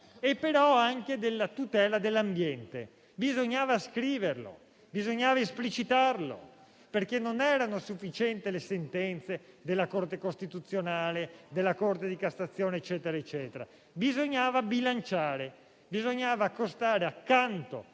e quello alla tutela dell'ambiente; bisognava scriverlo ed esplicitarlo, perché non erano sufficienti le sentenze della Corte costituzionale, della Corte di cassazione e quant'altro. Bisognava bilanciare e accostare accanto